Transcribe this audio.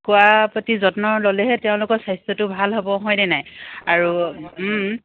খোৱাৰ প্ৰতি যত্ন ল'লেহে তেওঁলোকৰ স্বাস্থ্যটো ভাল হ'ব হয়নে নাই আৰু